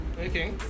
Okay